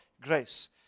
grace